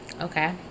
Okay